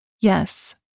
Yes